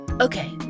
Okay